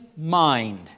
Mind